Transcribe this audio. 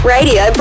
Radio